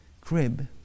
crib